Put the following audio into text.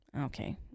Okay